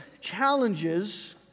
challenges